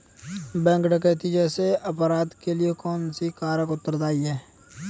Bank डकैती जैसे अपराध के लिए कौन से कारक उत्तरदाई हैं?